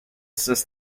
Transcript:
since